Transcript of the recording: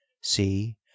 See